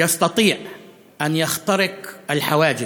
יכול לפרוץ מחסומים